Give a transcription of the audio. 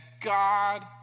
God